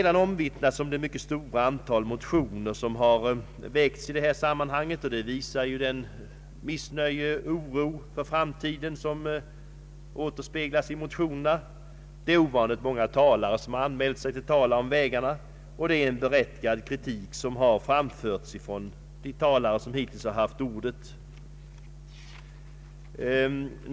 Det mycket stora antal motioner som väckts i detta sammanhang visar det missnöje och den oro för framtiden som råder. Ovanligt många talare har anmält sig till denna debatt, och det är en berättigad kritik som framförts av de talare som hittills haft ordet.